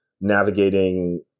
navigating